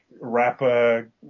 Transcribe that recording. rapper